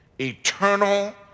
eternal